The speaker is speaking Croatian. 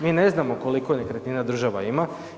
Mi ne znamo koliko nekretnina država ima.